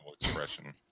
expression